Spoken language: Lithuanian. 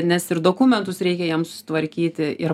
nes ir dokumentus reikia jiems tvarkyti ir